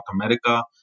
America